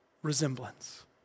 Resemblance